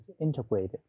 integrated